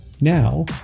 now